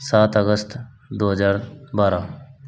सात अगस्त दो हज़ार बारह